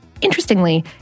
Interestingly